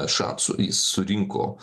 šansų jis surinko